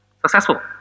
Successful